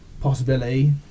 possibility